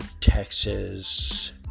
Texas